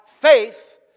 faith